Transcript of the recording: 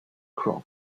crop